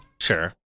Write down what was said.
Sure